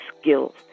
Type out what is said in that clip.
skills